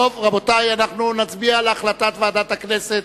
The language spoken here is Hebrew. טוב, רבותי, אנחנו נצביע על החלטת ועדת הכנסת.